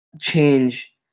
change